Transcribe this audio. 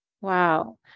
Wow